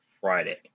Friday